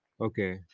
Okay